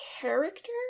character